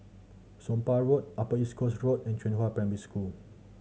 Somapah Road Upper East Coast Road and Qihua Primary School